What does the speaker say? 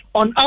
on